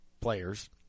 players